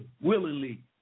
willingly